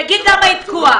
שיגיד למה היא תקועה.